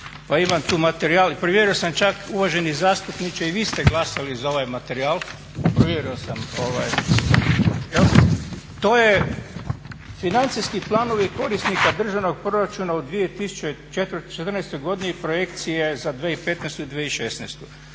pa imam tu materijal i provjerio sam čak uvaženi zastupniče i vi ste glasali za ovaj materijal. Provjerio sam. To je financijski planovi korisnika državnog proračuna u 2014. godini i projekcije za 2015. i 2016. Taj